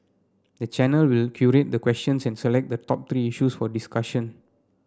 the channel will curate the questions and select the top three issues for discussion